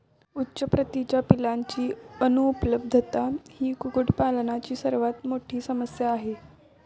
उच्च प्रतीच्या पिलांची अनुपलब्धता ही कुक्कुटपालनाची मोठी समस्या आहे